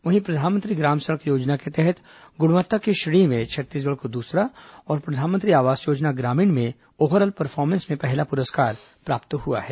वहीं प्रधानमंत्री ग्राम सड़क योजना के तहत ग्रणवत्ता की श्रेणी में छत्तीसगढ़ को दूसरा और प्रधानमंत्री आवास योजना ग्रामीण में ओवरऑल परफॉर्मेस में पहला पुरस्कार प्राप्त हुआ है